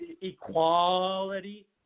equality